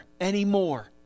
anymore